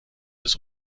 des